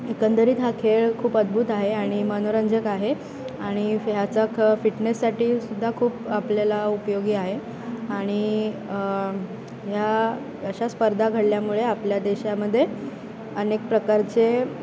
एकंदरीत हा खेळ खूप अद्भुत आहे आणि मनोरंजक आहे आणि ह्याचा ख फिटनेससाठी सुद्धा खूप आपल्याला उपयोगी आहे आणि ह्या अशा स्पर्धा घडल्यामुळे आपल्या देशामध्ये अनेक प्रकारचे